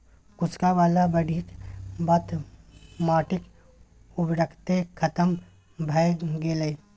कुसहा बला बाढ़िक बाद तँ माटिक उर्वरते खतम भए गेलै